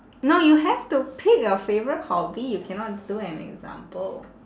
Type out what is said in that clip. no you have to pick a favourite hobby you cannot do an example